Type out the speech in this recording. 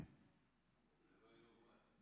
אדוני היושב-ראש,